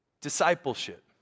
Discipleship